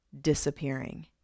disappearing